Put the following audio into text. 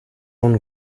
own